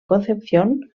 concepción